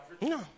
No